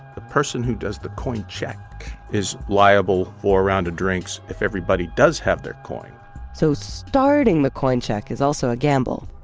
the person who does the coin check is liable for a round of drinks if everybody does have their coin so starting the coin check is also a gamble.